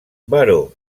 baró